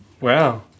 Wow